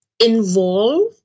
involve